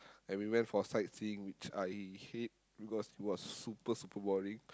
and we went for sightseeing which I hate because it was super super boring